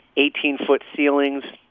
eighteen foot ceilings,